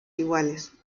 iguales